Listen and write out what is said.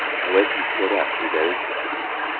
i went and peered out through their interstices.